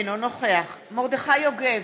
אינו נוכח מרדכי יוגב,